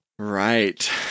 Right